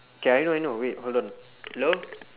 okay I know I know wait hold on hello